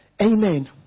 Amen